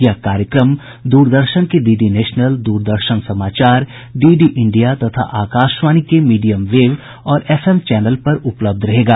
यह कार्यक्रम दूरदर्शन के डीडी नेशनल दूरदर्शन समाचार डीडी इंडिया तथा आकाशवाणी के मीडियम वेव और एफएम चैनल पर उपलब्ध रहेगा